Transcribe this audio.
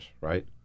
right